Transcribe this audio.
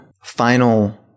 final